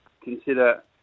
consider